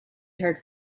heard